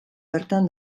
bertan